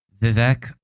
Vivek